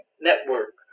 Network